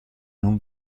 non